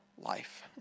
life